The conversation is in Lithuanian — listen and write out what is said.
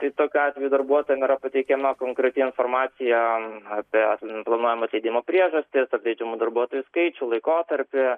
tai tokiu atveju darbuotojam yra pateikiama konkreti informacija apie planuojamo atleidimo priežastis atleidžiamų darbuotojų skaičių laikotarpį